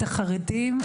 את החרדים,